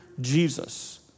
Jesus